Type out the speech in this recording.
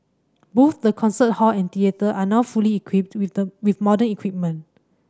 both the concert hall and theatre are now fully equipped with the with modern equipment